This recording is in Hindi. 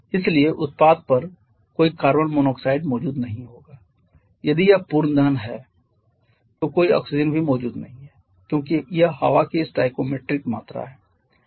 इसलिए उत्पाद पर कोई कार्बन मोनोऑक्साइड मौजूद नहीं होगा यदि यह पूर्ण दहन है तो कोई ऑक्सीजन भी मौजूद नहीं है क्योंकि यह हवा की स्टोइकोमेट्रिक मात्रा है